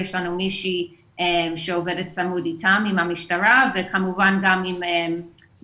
יש לנו מישהו שעובדת צמוד עם המשטרה וכמובן גם עם 105,